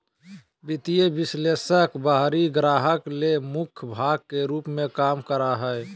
वित्तीय विश्लेषक बाहरी ग्राहक ले मुख्य भाग के रूप में काम करा हइ